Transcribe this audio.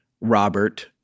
Robert